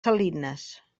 salines